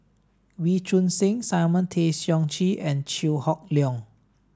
Wee Choon Seng Simon Tay Seong Chee and Chew Hock Leong